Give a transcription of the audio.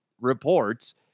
reports